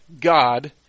god